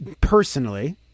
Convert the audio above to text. personally